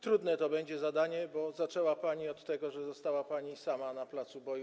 Trudne to będzie zadanie, bo zaczęła pani od tego, że została pani sama na placu boju.